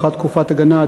13) (הארכת תקופת הגנה),